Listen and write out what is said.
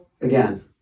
again